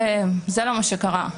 וזה לא מה שקרה.